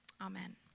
amen